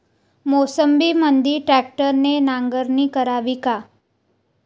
मोसंबीमंदी ट्रॅक्टरने नांगरणी करावी का?